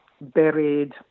buried